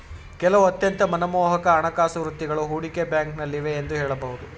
ಕೆಲವು ಅತ್ಯಂತ ಮನಮೋಹಕ ಹಣಕಾಸು ವೃತ್ತಿಗಳು ಹೂಡಿಕೆ ಬ್ಯಾಂಕ್ನಲ್ಲಿವೆ ಎಂದು ಹೇಳಬಹುದು